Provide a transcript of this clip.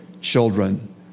children